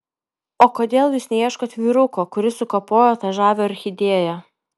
o kodėl jūs neieškot vyruko kuris sukapojo tą žavią orchidėją